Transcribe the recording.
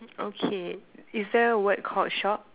okay is there a word called shop